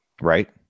Right